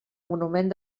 monument